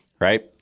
right